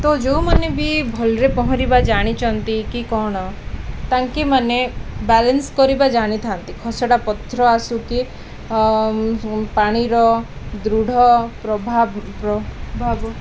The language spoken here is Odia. ତ ଯେଉଁମାନେ ବି ଭଲରେ ପହଁରିବା ଜାଣିଛନ୍ତି କି କ'ଣ ତାଙ୍କେ ମାନେ ବାଲାନ୍ସ କରିବା ଜାଣିଥାନ୍ତି ଖସଡ଼ା ପଥର ଆସୁ କିି ପାଣିର ଦୃଢ଼ ପ୍ରଭାବ ପ୍ରଭାବ